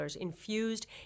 infused